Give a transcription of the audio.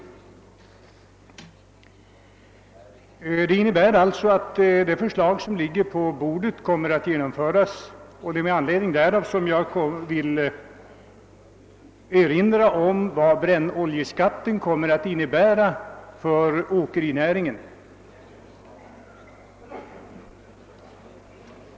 Detta innebär att det förslag som ligger på bordet kommer att genomföras, och det är med anledning därav som jag vill erinra om vad brännoljeskatten kommer att innebära för åkerinäringen.